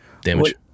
damage